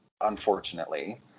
unfortunately